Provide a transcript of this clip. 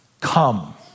come